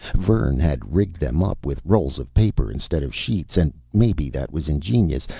vern had rigged them up with rolls of paper instead of sheets, and maybe that was ingenious,